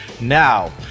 Now